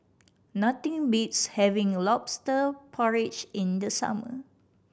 nothing beats having Lobster Porridge in the summer